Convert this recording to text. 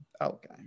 Okay